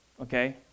okay